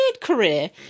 career